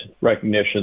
recognition